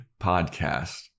podcast